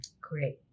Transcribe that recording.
Great